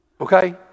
Okay